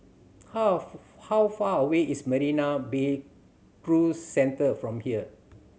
how how far away is Marina Bay Cruise Centre from here